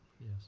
yes